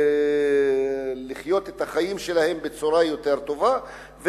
איך לחיות את החיים שלהם בצורה טובה יותר